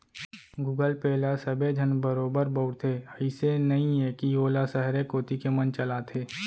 Google pay ल सबे झन बरोबर बउरथे, अइसे नइये कि वोला सहरे कोती के मन चलाथें